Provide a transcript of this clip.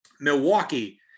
Milwaukee